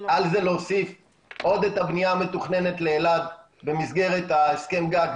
על זה להוסיף עוד את הבנייה המתוכננת לאלעד במסגרת הסכם הגג,